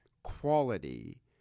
quality